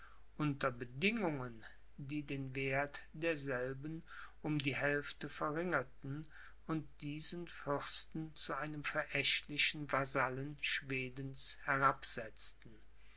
unter bedingungen die den werth derselben um die hälfte verringerten und diesen fürsten zu einem verächtlichen vasallen schwedens herabsetzten